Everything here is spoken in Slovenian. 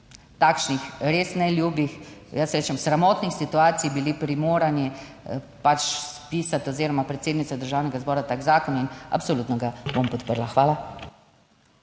takšnih res neljubih, jaz rečem sramotnih situacij bili primorani pač pisati oziroma predsednica Državnega zbora tak zakon in absolutno ga bom podprla. Hvala.